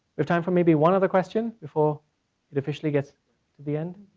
we've time for maybe one other question before it officially gets to the end,